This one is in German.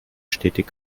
stetig